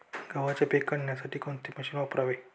गव्हाचे पीक काढण्यासाठी कोणते मशीन वापरावे?